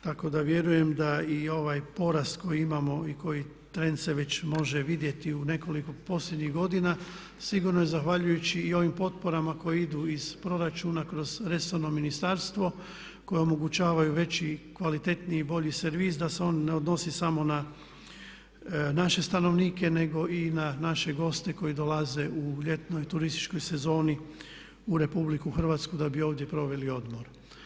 tako da vjerujem da i ovaj poraz koji imamo i koji tren se već može vidjeti u nekoliko posljednjih godina sigurno je zahvaljujući i ovim potporama koje idu iz proračuna kroz resorno ministarstvo koje omogućavaju veći, kvalitetniji i bolji servis da se on ne odnosi samo na naše stanovnike nego i na naše goste koji dolaze u ljetnoj, turističkoj sezoni u RH da bi ovdje proveli odmor.